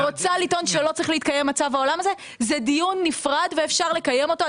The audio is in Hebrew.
זה דיון נפרד ואפשר לקיים אותו,